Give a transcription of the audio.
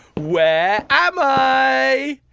where am i?